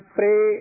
pray